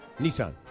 Nissan